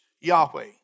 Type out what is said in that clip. Yahweh